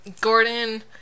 Gordon